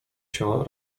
się